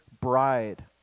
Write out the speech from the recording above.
bride